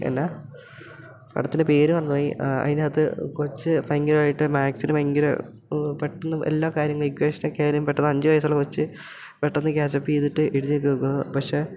എന്നാൽ പടത്തിൻ്റെ പേര് മറന്നുപോയി അതിനകത്ത് കൊച്ച് ഫയങ്കരവായിട്ട് മാക്സിന് ഭയങ്കര പെട്ടന്ന് എല്ലാ കാര്യങ്ങളും ഇക്വേഷനൊക്കെ ആയാലും പെട്ടന്ന് അഞ്ച് വയസ്സുള്ള കൊച്ച് പെട്ടന്ന് ക്യാച്ചപ്പ് ചെയ്തിട്ട് എഴുതിയൊക്കെ വെക്കും പക്ഷേ